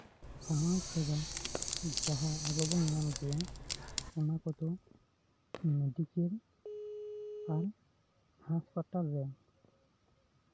ᱥᱟᱶᱟᱨ ᱥᱮᱵᱟ ᱡᱟᱦᱟᱸ ᱟᱵᱚ ᱵᱚᱱ ᱧᱟᱢ ᱜᱮᱭᱟ ᱚᱱᱟ ᱠᱚᱫᱚ ᱢᱮᱰᱤᱠᱮᱞ ᱟᱨ ᱦᱟᱥᱯᱟᱛᱟᱞᱨᱮ